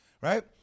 Right